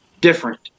different